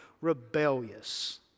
Rebellious